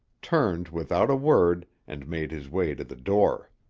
turned without a word and made his way to the door.